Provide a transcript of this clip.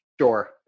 Sure